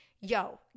yo